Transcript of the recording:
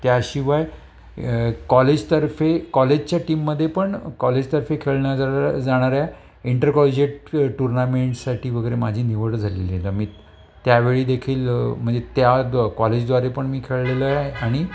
त्याशिवाय कॉलेजतर्फे कॉलेजच्या टीममध्ये पण कॉलेजतर्फे खेळल्या जाणाऱ्या इंटरकॉलजेट टुर्नामेंटसाठी वगैरे माझी निवड झालेली मी त्यावेळीदेखील म्हणजे त्या द् कॉलेजद्वारे पण मी खेळलेलोय आणि